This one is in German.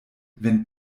wenn